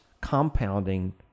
compounding